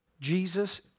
Jesus